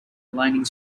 lightning